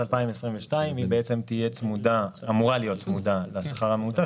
2022 היא אמורה להיות צמודה לשכר הממוצע,